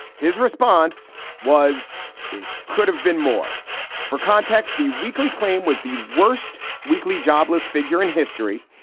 his response was it could have been more for context. the weekly claim was the worst weekly jobless figure in history,